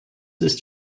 ist